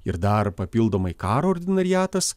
ir dar papildomai karo ordinariatas